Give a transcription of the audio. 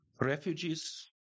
refugees